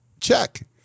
Check